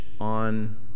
on